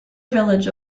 village